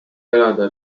elada